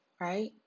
right